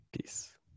Peace